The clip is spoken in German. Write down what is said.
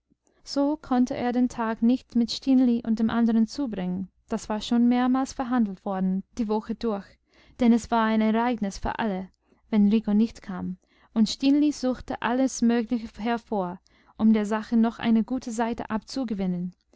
so konnte er den tag nicht mit stineli und den anderen zubringen das war schon mehrmals verhandelt worden die woche durch denn es war ein ereignis für alle wenn rico nicht kam und stineli suchte alles mögliche hervor um der sache noch eine gute seite abzugewinnen